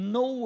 no